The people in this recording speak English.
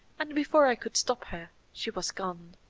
and before i could stop her she was gone.